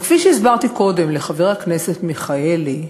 וכפי שהסברתי קודם לחבר הכנסת מיכאלי,